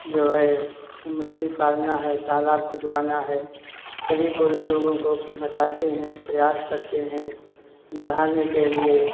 जो है सब मछली पालना है तालाब खुदवाना है सभी को लोगों को बताते हैं प्रयास करते हैं बढ़ाने के लिए